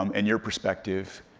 um and your perspective.